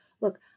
Look